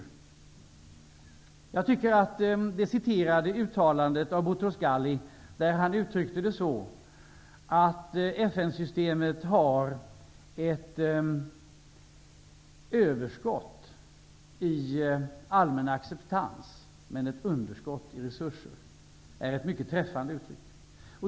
Jag tycker att Boutros-Gahlis uttalande om att FN systemet har ett överskott i allmän acceptans men ett underskott i resurser är mycket träffande.